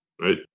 right